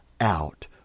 out